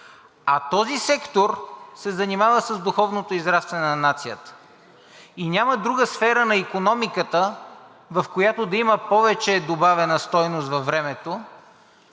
А този сектор се занимава с духовното израстване на нацията. И няма друга сфера на икономиката, в която да има повече добавена стойност във времето